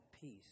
peace